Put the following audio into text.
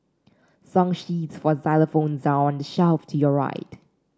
song sheets for xylophones are on the shelf to your right